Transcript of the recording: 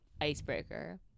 Icebreaker